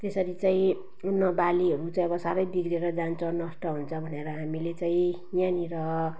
त्यसरी चाहिँ अन्नबालीहरू चाहिँ अब साह्रै बिग्रिएर जान्छ नष्ट हुन्छ भनेर हामीले चाहिँ यहाँनिर